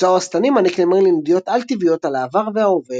מוצאו השטני מעניק למרלין ידיעות אל-טבעיות על העבר וההווה,